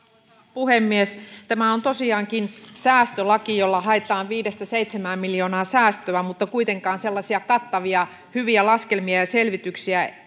puhemies tämä on tosiaankin säästölaki jolla haetaan säästöä viisi viiva seitsemän miljoonaa mutta kuitenkaan tässä hallituksen esityksessä ei ole sellaisia kattavia hyviä laskelmia ja selvityksiä